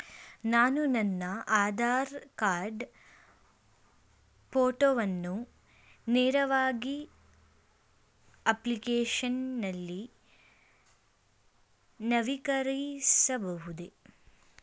ನಾನು ನನ್ನ ಆಧಾರ್ ಕಾರ್ಡ್ ಫೋಟೋವನ್ನು ನೇರವಾಗಿ ಅಪ್ಲಿಕೇಶನ್ ನಲ್ಲಿ ನವೀಕರಿಸಬಹುದೇ?